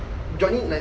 joining like